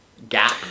Gap